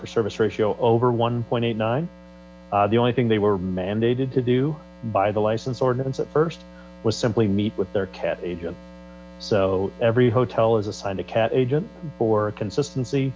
for service ratio over one point eight nine the only thing they were mandated to do by the license ordinance at first was simply meet with their cat agent so every hotel is assigned a cat agent for consistency